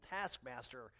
taskmaster